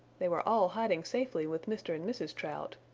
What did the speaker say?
they were all hiding safely with mr. and mrs. trout.